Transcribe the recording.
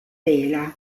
tela